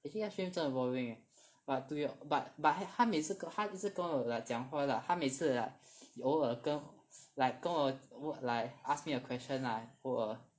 actually 他的 stream 真的 boring leh but to be but but 他每次他一直跟我 like 讲话 lah 他每次 like 偶而跟 like 跟我 like ask me a question lah like 偶而